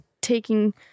taking